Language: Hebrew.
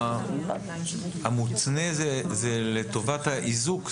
המותנה זה לטובת האיזוק,